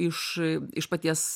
iš iš paties